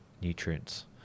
nutrients